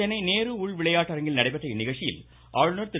சென்னை நேரு உள் விளையாட்டரங்கில் நடைபெற்ற இந்நிகழ்ச்சியில் ஆளுநர் திரு